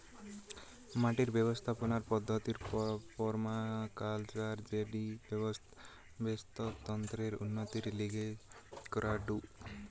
মাটির ব্যবস্থাপনার পদ্ধতির পার্মাকালচার যেটি বাস্তুতন্ত্রের উন্নতির লিগে করাঢু